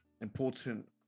important